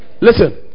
Listen